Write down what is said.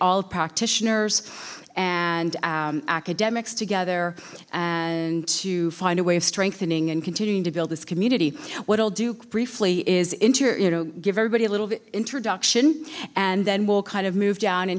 all practitioners and academics together and to find a way of strengthening and continuing to build this community what i'll do briefly is into you know give everybody a little introduction and then we'll kind of move down and